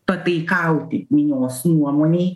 pataikauti minios nuomonei